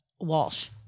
Walsh